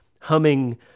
humming